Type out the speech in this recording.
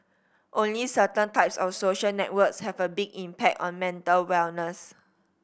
only certain types of social networks have a big impact on mental wellness